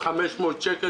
500 שקל